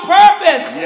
purpose